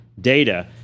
data